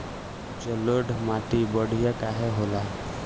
जलोड़ माटी बढ़िया काहे होला?